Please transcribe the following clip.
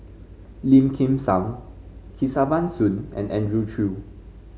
Lim Kim San Kesavan Soon and Andrew Chew